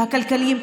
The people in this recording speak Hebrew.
הכלכליים,